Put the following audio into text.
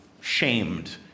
shamed